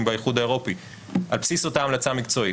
באיחוד האירופי על בסיס אותה המלצה מקצועית,